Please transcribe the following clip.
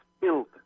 built